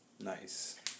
Nice